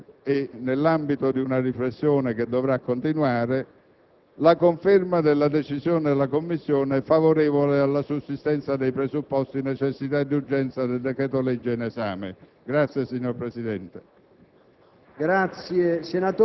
conclusivamente e pur nell'ambito di una riflessione che dovrà continuare, la conferma della decisione della 1a Commissione favorevole alla sussistenza dei presupposti di necessità e di urgenza del decreto‑legge in esame. *(Applausi dal